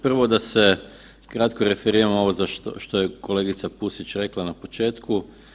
Prvo da se kratko referiram za ovo što je kolegica Pusić rekla na početku.